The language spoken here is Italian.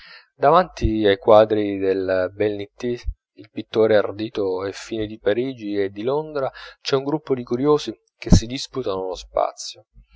davanti ai quadri del de nittis il pittore ardito e fine di parigi e di londra c'è un gruppo di curiosi che si disputano lo spazio